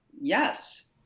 yes